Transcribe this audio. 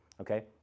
Okay